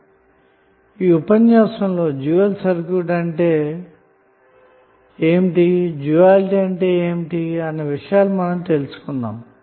కాబట్టి ఈ ఉపన్యాసంలో డ్యూయల్ సర్క్యూట్ అనగా ఏమిటి డ్యూయలిటీ అనగా ఏమిటి అన్న విషయాలు తెలుసుకున్నాము